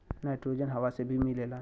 nitrogen हवा से भी मिलेला